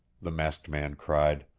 the masked man cried.